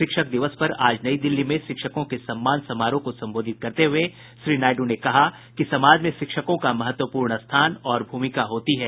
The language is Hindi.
शिक्षक दिवस पर आज नई दिल्ली में शिक्षकों के सम्मान समारोह को संबोधित करते हुए श्री नायडू ने कहा कि समाज में शिक्षकों का महत्वपूर्ण स्थान और भूमिका होती है